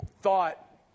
thought